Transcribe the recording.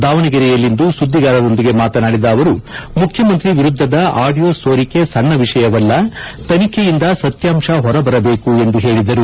ದಾವಣಗೆರೆಯಲ್ಲಿಂದು ಸುದ್ದಿಗಾರರೊಂದಿಗೆ ಮಾತನಾಡಿದ ಅವರು ಮುಖ್ಯಮಂತ್ರಿ ವಿರುದ್ದದ ಆಡಿಯೊ ಸೋರಿಕೆ ಸಣ್ಣ ವಿಷಯವಲ್ಲ ತನಿಖೆಯಂದ ಸತ್ಯಾಂಶ ಹೊರಬರಬೇಕು ಎಂದು ಹೇಳದರು